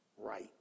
Right